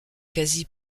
quasi